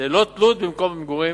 ללא תלות במקום המגורים,